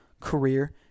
career